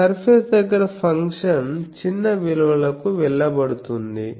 ఆ సర్ఫేస్ దగ్గర ఫంక్షన్ చిన్న విలువలకు వెళ్ళబడుతుంది